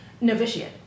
Novitiate